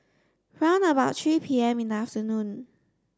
round about three P M in the afternoon